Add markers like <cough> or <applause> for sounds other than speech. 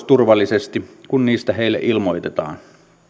<unintelligible> turvallisesti kun niistä heille ilmoitetaan